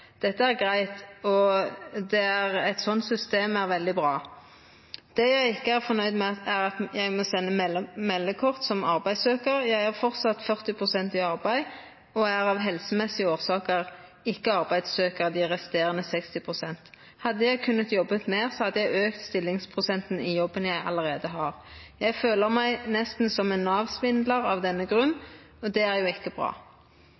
Dette er greit, og et sånt system er veldig bra. Det jeg ikke er fornøyd med, er at jeg må sende meldekort som arbeidssøker. Jeg er fortsatt 40 pst. i arbeid og er av helsemessige årsaker ikke arbeidssøker de resterende 60 pst. Hadde jeg kunnet jobbe mer, hadde jeg økt stillingsprosenten i jobben jeg allerede har. Jeg føler meg nesten som en Nav-svindler av denne grunn, og det er jo ikke bra.